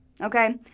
okay